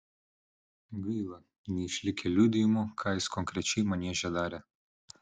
gaila neišlikę liudijimų ką jis konkrečiai manieže darė